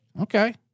Okay